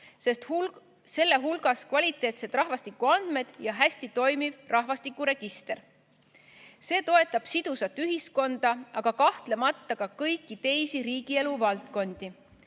selle hulgas on kvaliteetsed rahvastikuandmed ja hästi toimiv rahvastikuregister. See toetab sidusat ühiskonda, aga kahtlemata ka kõiki teisi riigielu valdkondi.